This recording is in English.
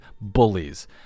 bullies